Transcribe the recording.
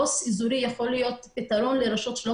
עו"ס אזורי יכול להיות פתרון לרשויות שלא